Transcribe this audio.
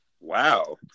Wow